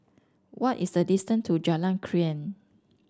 what is the distance to Jalan Krian